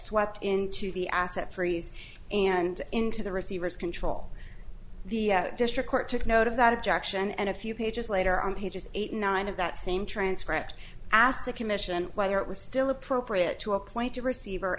swept into the asset freeze and into the receiver's control the district court took note of that objection and a few pages later on pages eight nine of that same transcript asked the commission why it was still appropriate to appoint a receiver